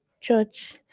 church